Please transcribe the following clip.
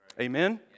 Amen